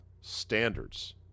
standards